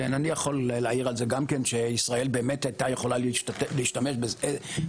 אני יכול להעיר על זה גם כן שישראל באמת הייתה יכולה להשתמש ב"ססמי".